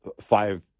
five